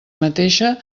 mateixa